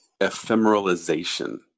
ephemeralization